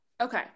Okay